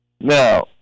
Now